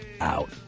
out